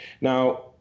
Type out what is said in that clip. Now